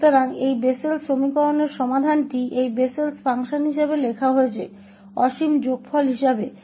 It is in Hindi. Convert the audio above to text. तो इस बेसेल के समीकरण का समाधान इस बेसेल के कार्य के रूप में अनंत योग के रूप में लिखा जाता है